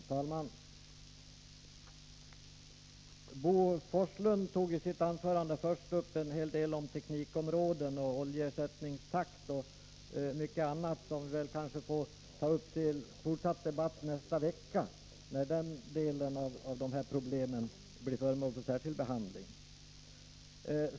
Herr talman! Bo Forslund tog i sitt anförande först upp en hel del om teknikområdet, oljeersättningstakt och mycket annat som vi får ta upp till fortsatt debatt nästa vecka när denna del av problemet blir föremål för särskild behandling.